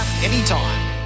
anytime